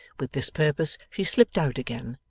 with this purpose she slipped out again,